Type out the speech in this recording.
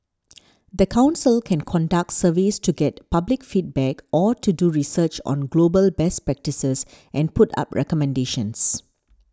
the council can conduct surveys to get public feedback or to do research on global best practices and put up recommendations